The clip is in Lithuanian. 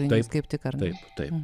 taip kaip tik ar taip taip